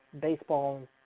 baseball